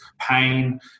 pain